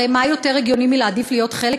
הרי מה יותר הגיוני מלהעדיף להיות חלק